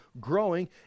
growing